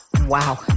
Wow